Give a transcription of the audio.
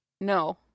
No